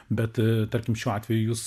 bet tarkim šiuo atveju jūs